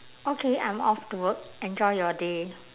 okay I'm off to work enjoy your day